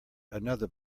another